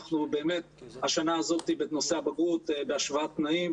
השנה הזאת בנושא הבגרות בהשוואת תנאים,